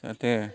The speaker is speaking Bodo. जाहाथे